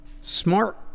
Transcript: smart